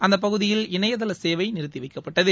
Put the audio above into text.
அந்த பகுதியில் இணையதள சேவை நிறுத்தி வைக்கப்பட்டது